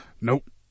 Nope